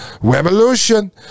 revolution